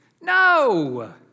No